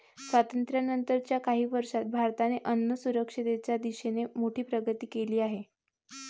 स्वातंत्र्यानंतर च्या काही वर्षांत भारताने अन्नसुरक्षेच्या दिशेने मोठी प्रगती केली आहे